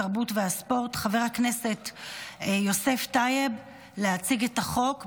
התרבות והספורט חבר הכנסת יוסף טייב להציג את החוק.